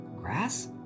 Grass